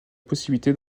possibilité